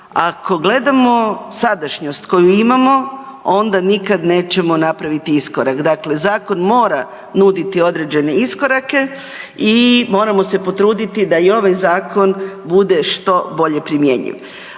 ako gledamo sadašnjost koju imamo onda nikada nećemo napraviti iskorak. Dakle, zakon mora nuditi određene iskorake i moramo se potruditi da i ovaj zakon bude što bolje primjenjiv.